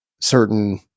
certain